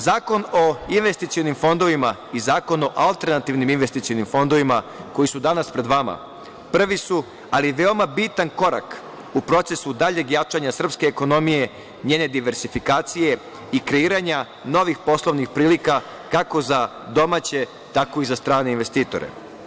Zakon o investicionim fondovima i Zakon o alternativnim investicionim fondovima koji su danas pred vama, prvi su ali veoma bitan korak u procesu daljeg jačanja srpske ekonomije, njene diversifikacije i kreiranja novih poslovnih prilika, kako za domaće, tako i za strane investitore.